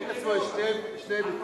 יש שני היבטים: